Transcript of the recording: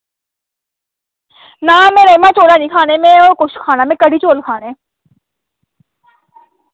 ना में राजमांह् चौल हैनी खाने में होर कुछ खाना में कढ़ी चौल खाने